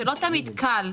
שלא תמיד קל,